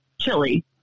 chili